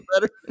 better